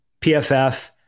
PFF